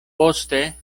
poste